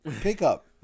pickup